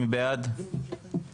מי בעד הרביזיה?